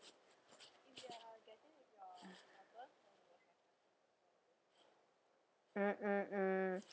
mm mm mm